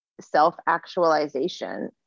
self-actualization